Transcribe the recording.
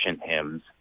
hymns